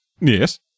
Yes